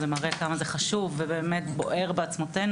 זה מראה כמה זה חשוב ובוער בעצמותינו.